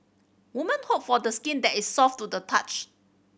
woman hope for skin that is soft to the touch